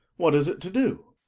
what is it to do?